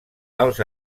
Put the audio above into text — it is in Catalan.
els